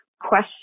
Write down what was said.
question